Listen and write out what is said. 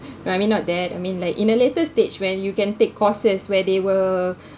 no I mean not that I mean like in a later stage when you can take courses where they will